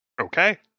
Okay